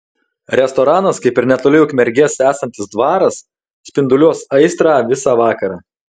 restoranas kaip ir netoli ukmergės esantis dvaras spinduliuos aistrą visa vakarą